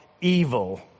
evil